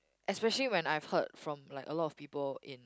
especially when I've heard from like a lot of people in